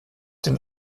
den